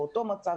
באותו מצב,